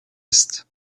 ist